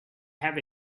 have